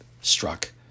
struck